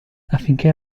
affinché